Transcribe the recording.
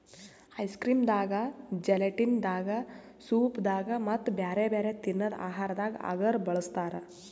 ice cream ದಾಗಾ gelatin ದಾಗಾ soup ದಾಗಾ ಮತ್ತ್ ಬ್ಯಾರೆ ಬ್ಯಾರೆ ತಿನ್ನದ್ ಆಹಾರದಾಗ ಅಗರ್ ಬಳಸ್ತಾರಾ